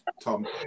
Tom